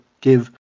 give